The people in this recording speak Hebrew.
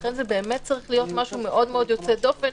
לכן זה צריך להיות משהו מאוד יוצא דופן,